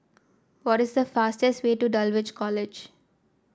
what is the fastest way to Dulwich College